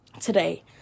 today